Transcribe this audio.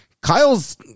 Kyle's